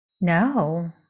no